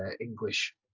English